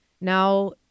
now